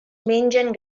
mengen